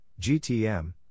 GTM